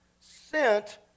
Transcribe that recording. sent